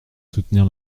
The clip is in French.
soutenir